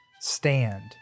stand